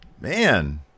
man